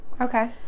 okay